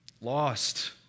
lost